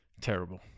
Terrible